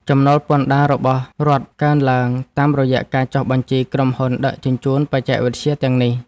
ចំណូលពន្ធដាររបស់រដ្ឋកើនឡើង តាមរយៈការចុះបញ្ជីក្រុមហ៊ុនដឹកជញ្ជូនបច្ចេកវិទ្យាទាំងនេះ។